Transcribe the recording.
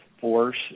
force